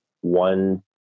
one